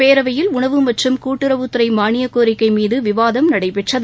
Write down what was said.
பேரவையில் உணவு மற்றும் கூட்டுறவுத்துறை மானியக் கோரிக்கை மீது விவாதம் நடைபெற்றது